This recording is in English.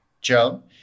Joan